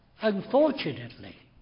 unfortunately